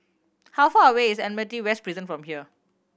how far away is Admiralty West Prison from here